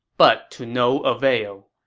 but to no avail.